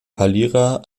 verlierer